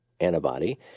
antibody